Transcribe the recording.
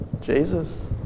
Jesus